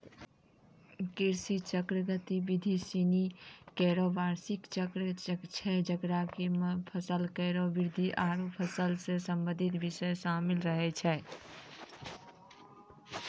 कृषि चक्र गतिविधि सिनी केरो बार्षिक चक्र छै जेकरा म फसल केरो वृद्धि आरु फसल सें संबंधित बिषय शामिल रहै छै